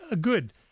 good